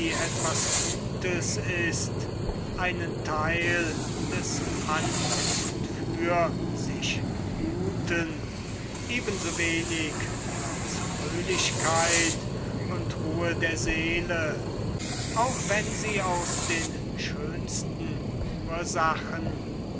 etwas gutes ist einen theil des an und für sich guten ebenso wenig als fröhlichkeit und ruhe der seele auch wenn sie aus den schönsten ursachen